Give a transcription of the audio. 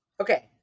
Okay